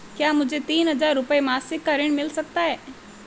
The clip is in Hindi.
क्या मुझे तीन हज़ार रूपये मासिक का ऋण मिल सकता है?